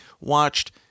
watched